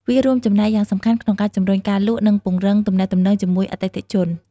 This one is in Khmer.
វារួមចំណែកយ៉ាងសំខាន់ក្នុងការជំរុញការលក់ និងពង្រឹងទំនាក់ទំនងជាមួយអតិថិជន។